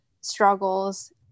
struggles